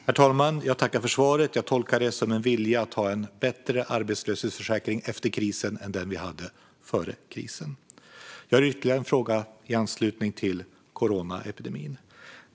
Herr talman! Jag tackar för svaret. Jag tolkar det som en vilja att ha en bättre arbetslöshetsförsäkring efter krisen än den vi hade före krisen. Jag har ytterligare en fråga i anslutning till coronaepidemin.